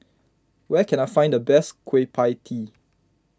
where can I find the best Kueh Pie Tee